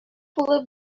булып